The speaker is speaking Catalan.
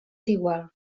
igual